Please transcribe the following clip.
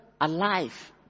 alive